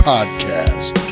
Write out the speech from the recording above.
Podcast